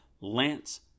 Lance